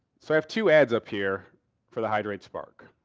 so i have two ads up here for the hydrate spark.